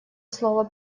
слово